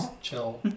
chill